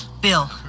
Bill